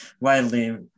widely